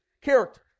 character